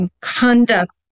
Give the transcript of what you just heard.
conduct